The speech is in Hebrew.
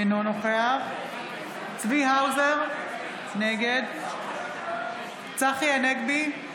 אינו נוכח צבי האוזר, נגד צחי הנגבי,